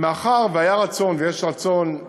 מאחר שהיה רצון, ויש רצון,